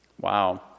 Wow